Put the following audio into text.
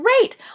great